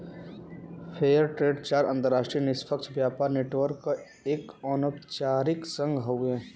fair trade चार अंतरराष्ट्रीय निष्पक्ष व्यापार नेटवर्क क एक अनौपचारिक संघ हउवे